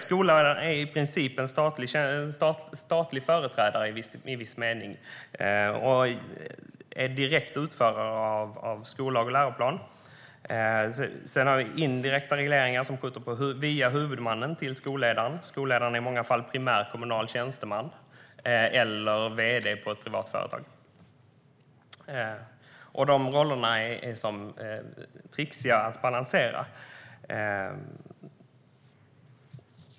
Skolledaren är i princip en statlig företrädare i viss mening och är direkt utförare av skollag och läroplan. Vi har också indirekta regleringar som skjuter vidare ansvaret via huvudmannen till skolledaren. Skolledaren är i många fall primär kommunal chefstjänsteman eller vd i ett privat företag. De rollerna är trixiga att balansera.